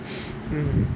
mm